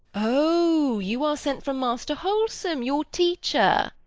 o, you are sent from master wholesome, your teacher?